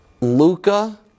Luca